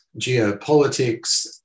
geopolitics